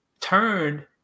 turned